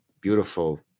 beautiful